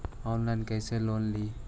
Online कैसे loan ली?